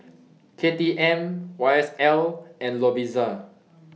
K T M Y S L and Lovisa